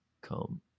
come